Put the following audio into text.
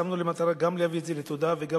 שמנו למטרה גם להביא את זה לתודעה וגם